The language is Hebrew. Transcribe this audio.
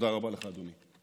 תודה רבה לך, אדוני.